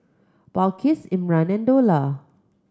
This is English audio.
Balqis Imran and Dollah